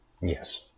Yes